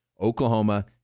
Oklahoma